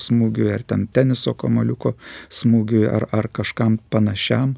smūgiui ar ten teniso kamuoliuko smūgiui ar ar kažkam panašiam